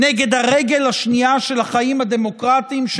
נגד הרגל השנייה של החיים הדמוקרטיים,